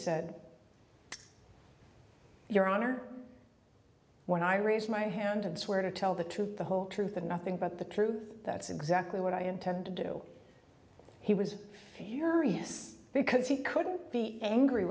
said your honor when i raise my hand and swear to tell the truth the whole truth and nothing but the truth that's exactly what i intend to do he was furious because he couldn't be angry